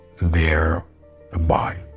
thereby